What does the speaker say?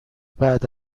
بعد